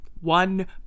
one